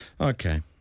Okay